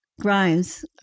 Grimes